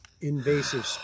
invasive